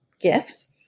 gifts